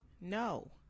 No